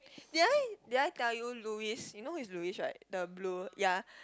did I did I tell you Louis you know who is Louis right the blue ya